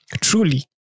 truly